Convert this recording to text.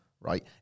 right